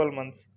months